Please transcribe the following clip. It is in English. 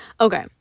Okay